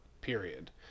Period